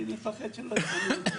מפחד שיפנו אותי,